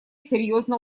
серьёзно